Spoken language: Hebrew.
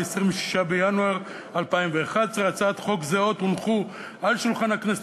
ב-26 בינואר 2011. הצעות חוק זהות הונחו על שולחן הכנסת